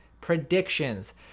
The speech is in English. predictions